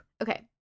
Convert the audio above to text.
Okay